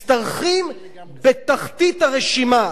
משתרכים בתחתית הרשימה.